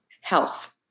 Health